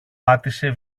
πάτησε